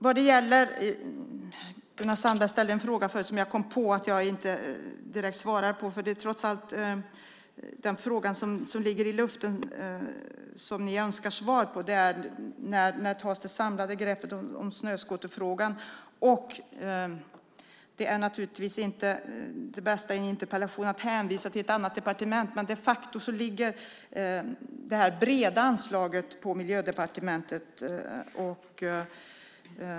Gunnar Sandberg ställde förut en fråga som jag kom på att jag inte direkt svarade på. Det är trots allt den frågan som ligger i luften och som ni önskar svar på. När tas det samlade greppet om snöskoterfrågan? Det bästa i en interpellationsdebatt är inte att hänvisa till ett annat departement, men de facto ligger det breda anslaget på Miljödepartementet.